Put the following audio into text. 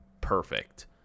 perfect